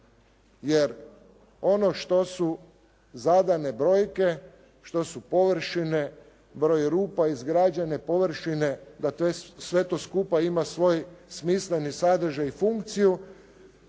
Jer ono što su zadane brojke, što su površine, broj rupa izgrađene površine, da sve to skupa ima svoj smisleni sadržaj i funkciju,